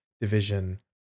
division